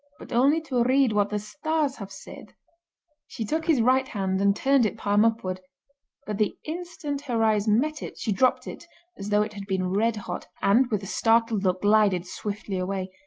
but only to read what the stars have said she took his right hand and turned it palm upward but the instant her eyes met it she dropped it as though it had been red hot, and, with a startled look, glided swiftly away.